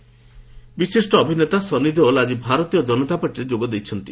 ସନ୍ନି ଦେଓଲ ବିଶିଷ୍ଟ ଅଭିନେତା ସନ୍ଦି ଦେଓଲ ଆଜି ଭାରତୀୟ ଜନତା ପାର୍ଟିରେ ଯୋଗ ଦେଇଛନ୍ତି